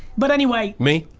but anyway me,